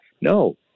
No